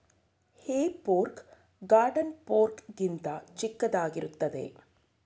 ಹೇ fork garden fork ಗಿಂತ ಚಿಕ್ಕದಾಗಿರುತ್ತದೆ